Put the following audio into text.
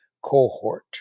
cohort